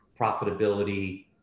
profitability